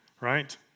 Right